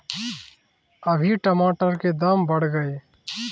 अभी टमाटर के दाम बढ़ गए